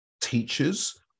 teachers